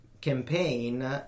campaign